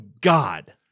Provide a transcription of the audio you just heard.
God